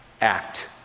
act